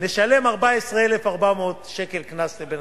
נשלם 14,400 שקל קנס לבן-אדם.